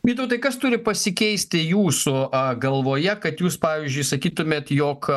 vytautai kas turi pasikeisti jūsų galvoje kad jūs pavyzdžiui sakytumėt jog